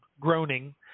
groaning